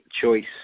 choice